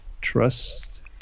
Trust